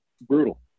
brutal